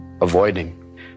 avoiding